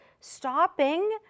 stopping